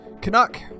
Canuck